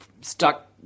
stuck